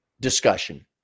discussion